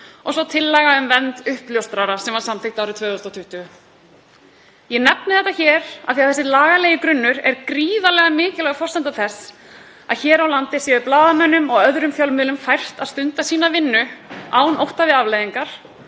og tillögu um vernd uppljóstrara, sem var samþykkt árið 2020. Ég nefni þetta hér af því að þessi lagalegi grunnur er gríðarlega mikilvæg forsenda þess að hér á landi sé blaðamönnum og öðrum fjölmiðlum fært að stunda sína vinnu, án ótta við afleiðingar,